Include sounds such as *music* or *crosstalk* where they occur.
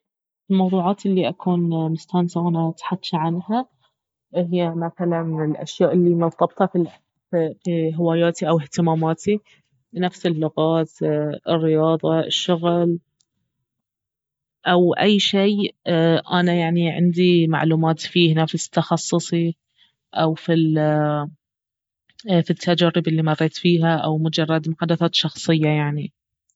الموضوعات الي أكون مستانسة وانا اتحجى عنها اهي مثلا الأشياء الي مرتبطة في ال في *hesitation* هواياتي او اهتماماتي نفس اللغات الرياضة الشغل او أي شي انا يعني عندي معلومات فيه نفس تخصصي او في ال *hesitation* التجارب الي مريت فيها او مجرد محادثات شخصية يعني